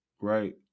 right